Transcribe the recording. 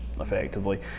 effectively